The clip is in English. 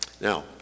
Now